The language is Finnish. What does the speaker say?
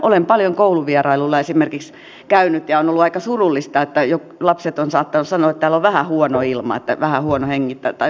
olen paljon kouluvierailuilla esimerkiksi käynyt ja on ollut aika surullista että lapset ovat saattaneet sanoa että täällä on vähän huono ilma on vähän huono hengittää tai tällä tavalla